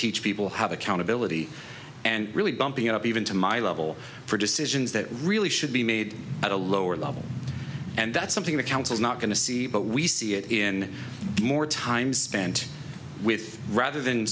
teach people have accountability and really bumping up even to my level for decisions that really should be made at a lower level and that's something that councils not going to see but we see it in more time spent with rather than